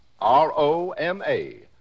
R-O-M-A